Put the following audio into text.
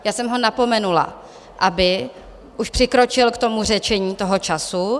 Já jsem ho napomenula, aby už přikročil k řečení toho času.